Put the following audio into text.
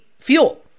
fuel